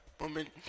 moment